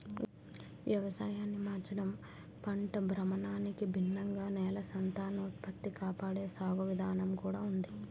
వ్యవసాయాన్ని మార్చడం, పంట భ్రమణానికి భిన్నంగా నేల సంతానోత్పత్తి కాపాడే సాగు విధానం కూడా ఉంది